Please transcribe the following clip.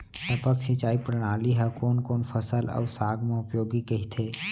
टपक सिंचाई प्रणाली ह कोन कोन फसल अऊ साग म उपयोगी कहिथे?